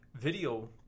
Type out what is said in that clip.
video